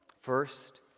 First